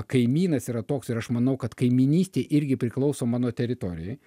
kaimynas yra toks ir aš manau kad kaimynystė irgi priklauso mano teritorijoj